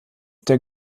der